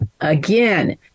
again